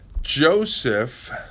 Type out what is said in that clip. Joseph